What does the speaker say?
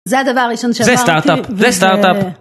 זה הדבר הראשון שאמרתי אה, זה סטארט-אפ, זה סטארט-אפ.